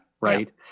Right